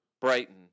Brighton